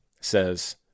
says